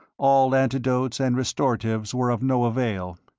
all antidotes and restoratives were of no avail.